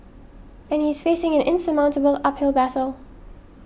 and he is facing an insurmountable uphill battle